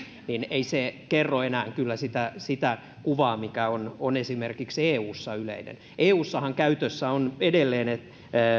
ei se kerro enää kyllä sitä sitä kuvaa mikä on on esimerkiksi eussa yleinen eussahan käytössä on edelleen